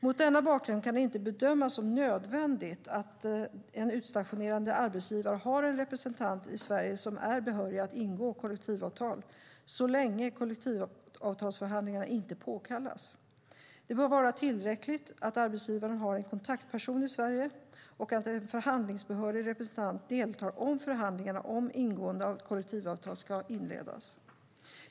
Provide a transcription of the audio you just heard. Mot denna bakgrund kan det inte bedömas som nödvändigt att en utstationerande arbetsgivare har en representant i Sverige som är behörig att ingå kollektivavtal så länge kollektivavtalsförhandlingar inte påkallats. Det bör vara tillräckligt att arbetsgivaren har en kontaktperson i Sverige och att en förhandlingsbehörig representant deltar om förhandlingar om ingående av kollektivavtal ska inledas.